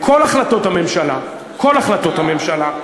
כל החלטות הממשלה, כל החלטות הממשלה,